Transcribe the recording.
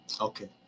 Okay